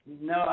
No